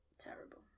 Terrible